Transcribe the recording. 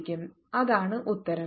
57x അതാണ് ഉത്തരം